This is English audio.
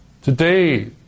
Today